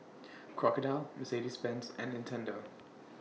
Crocodile Mercedes Benz and Nintendo